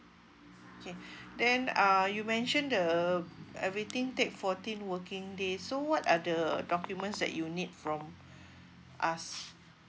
okay then uh you mention the everything take fourteen working day so what are the documents that you need from us